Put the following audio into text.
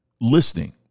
Listening